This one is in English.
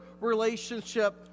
relationship